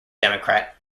democrat